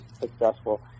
successful